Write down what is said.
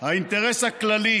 האינטרס הכללי,